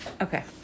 Okay